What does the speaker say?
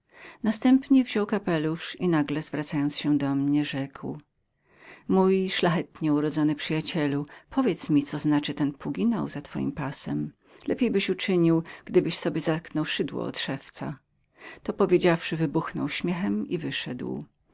następnie wziął kapelusz i obracając się do mnie rzekł mój szlachetnie urodzony panie powiedz mi co znaczy ten puginał za twoim pasem lepiejbyś uczynił gdybyś sobie zatknął szydło od szewca wymknąłem się za nim i